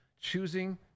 Choosing